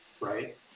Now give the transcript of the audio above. right